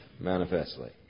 manifestly